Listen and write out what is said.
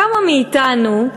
כמה מאתנו,